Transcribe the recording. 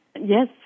Yes